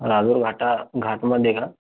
राजूरघाटा घाटमध्ये का